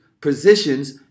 positions